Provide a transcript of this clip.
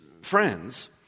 friends